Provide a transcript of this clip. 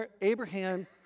Abraham